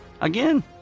Again